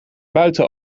buiten